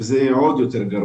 וזה גרוע יותר.